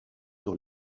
dans